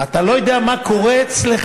אתה לא יודע מה קורה אצלך?